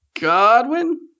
Godwin